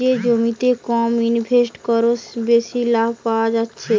যে জমিতে কম ইনভেস্ট কোরে বেশি লাভ পায়া যাচ্ছে